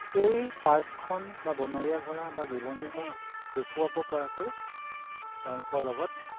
সেই পাৰ্কখন বা বনৰীয়া ঘোঁৰা বা গিবনেই হওক দেখুৱাবপৰাকৈ তেওঁলোকৰ লগত